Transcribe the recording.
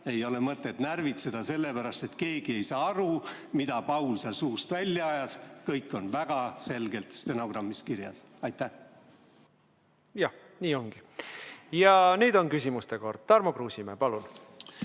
ei ole mõtet närvitseda sellepärast, et keegi ei saa aru, mida Paul oma suust välja ajas. Kõik on väga selgelt stenogrammis kirjas. Jah, nii ongi. Ja nüüd on küsimuste kord. Tarmo Kruusimäe, palun!